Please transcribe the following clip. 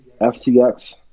FCX